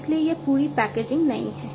इसलिए यह पूरी पैकेजिंग नई है